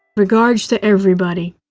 regards to everybody,